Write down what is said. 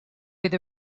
with